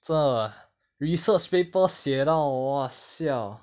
这 ah research papers 写到 !wah! siao